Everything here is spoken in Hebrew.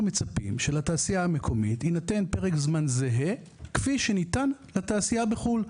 מצפים שלתעשייה המקומית יינתן פרק זמן זהה כפי שניתן לתעשייה בחו"ל.